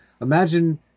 imagine